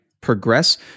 Progress